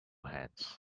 hands